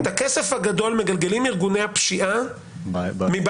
את הכסף הגדול מגלגלים ארגוני הפשיעה מבעלי